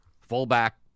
fullback